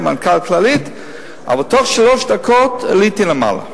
למנכ"ל "כללית"; בתוך שלוש דקות עליתי למעלה.